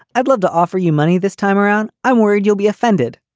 i'd love to offer you money this time around. i'm worried you'll be offended.